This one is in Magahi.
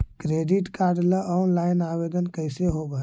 क्रेडिट कार्ड ल औनलाइन आवेदन कैसे होब है?